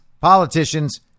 politicians